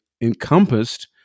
encompassed